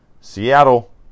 Seattle